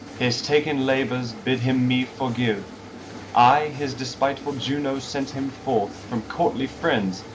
his taken labours bid him me forgive i, his despiteful juno, sent him forth from courtly friends,